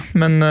men